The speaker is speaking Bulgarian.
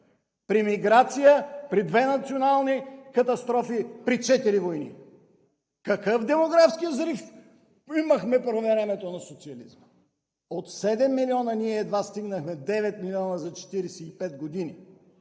при миграция, при две национални катастрофи, при четири войни! Какъв демографски взрив имахме по времето на социализма?! От 7 милиона ние едва стигнахме 9 милиона за 45 години